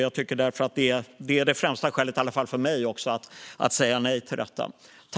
Det är det främsta skälet, i alla fall för mig, att säga nej till detta.